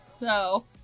No